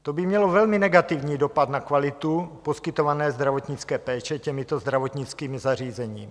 To by mělo velmi negativní dopad na kvalitu poskytované zdravotnické péče těmito zdravotnickými zařízeními.